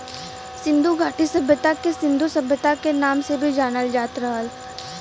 सिन्धु घाटी सभ्यता के सिन्धु सभ्यता के नाम से भी जानल जात रहल